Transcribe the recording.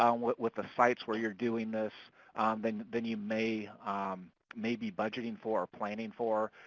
um with with the sites where you're doing this than than you may may be budgeting for or planning for.